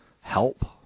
help